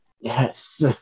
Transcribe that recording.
Yes